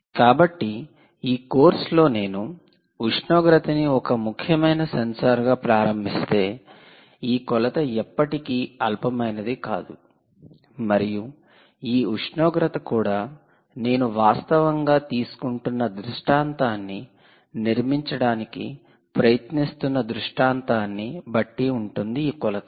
కాబట్టి ఈ కోర్సులో నేను ఉష్ణోగ్రతని ఒక ముఖ్యమైన సెన్సార్గా ప్రారంభిస్తే ఈ కొలత ఎప్పటికీ అల్పమైనది కాదు మరియు ఈ ఉష్ణోగ్రత కూడా నేను వాస్తవంగా తీసుకుంటున్న దృష్టాంతాన్ని నిర్మించడానికి ప్రయత్నిస్తున్న దృష్టాంతాన్ని బట్టి ఉంటుంది ఈ కొలత